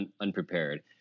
unprepared